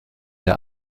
der